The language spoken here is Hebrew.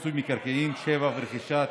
במסגרת תמ"א 38 המפורטים בחוק מיסוי מקרקעין (שבח ורכישה),